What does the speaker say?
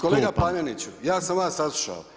Kolega Paneniću, ja sam vas saslušao.